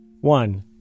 One